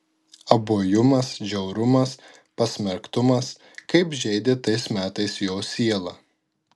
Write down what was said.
abuojumas žiaurumas pasmerktumas kaip žeidė tais metais jo sielą